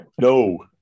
no